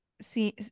see